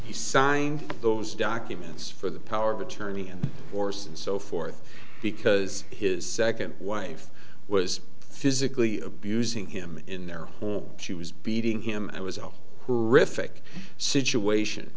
sign those documents for the power of attorney and force and so forth because his second wife was physically abusing him in there she was beating him i was referring situation